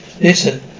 Listen